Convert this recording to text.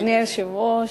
אדוני היושב-ראש,